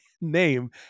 name